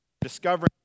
discovering